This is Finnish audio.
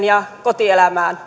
ja tukemalla kotielämää